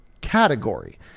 category